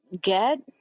get